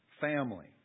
Family